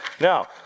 Now